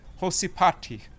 hosipati